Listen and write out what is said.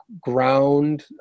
ground